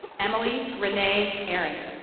emily rene aaron.